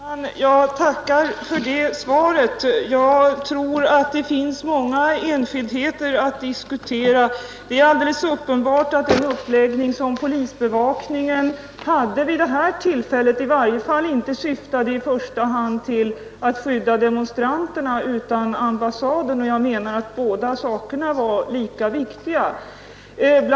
Herr talman! Jag tackar för det svaret. Jag tror dock att det finns många enskildheter att diskutera. Det är alldeles uppenbart att den uppläggning som polisbevakningen hade vid det här tillfället i varje fall inte i första hand syftade till att skydda demonstranterna utan ambassaden, och jag menar att båda sakerna var lika viktiga. Bl.